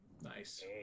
Nice